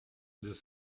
deux